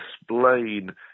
explain